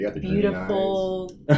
Beautiful